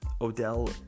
Odell